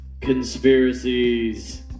conspiracies